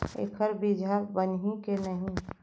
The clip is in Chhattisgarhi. एखर बीजहा बनही के नहीं?